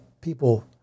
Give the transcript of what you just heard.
people